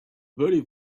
burning